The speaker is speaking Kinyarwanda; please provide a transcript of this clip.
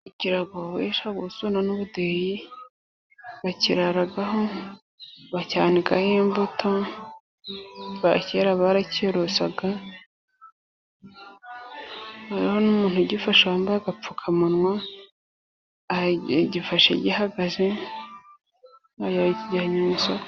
Ikirago babohesha ubusuna n'ubudeyi, bakiraraho, bacyanikaho imbuto, abakera bakiraragaho; hariho n'umuntu ugifashe wampaye agapfukamunwa, uhagaze yambaye ikanzu.